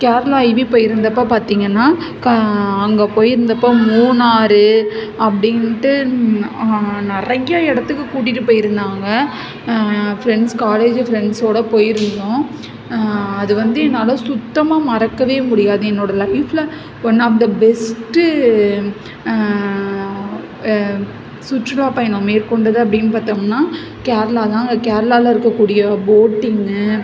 கேரளா ஐவி போயிருந்தப்போ பார்த்திங்கன்னா க அங்கே போயிருந்தப்போ மூணாறு அப்படின்ட்டு நிறைய இடத்துக்கு கூட்டிட்டு போயிருந்தாங்கள் ஃப்ரெண்ட்ஸ் காலேஜு ஃப்ரெண்ட்ஸோட போயிருந்தோம் அது வந்து என்னால் சுத்தமாக மறக்கவே முடியாது என்னோடய லைஃப்ல ஒன் ஆஃப் த பெஸ்ட்டு சுற்றுலா பயணம் மேற்கொண்டது அப்படின்னு பார்த்தோமுன்னா கேரளா தான் அங்கே கேரளாவில இருக்கக்கூடிய போட்டிங்கு